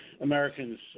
Americans